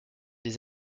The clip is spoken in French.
des